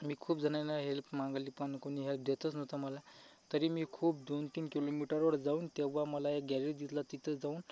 मी खूप जणांना हेल्प मागितली पण कुणी हेल्प देतच नव्हतं मला तरी मी खूप दोनतीन किलोमीटरवर जाऊन तेव्हा मला एक गॅरेज दिसला तिथे जाऊन